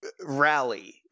rally